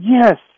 Yes